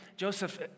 Joseph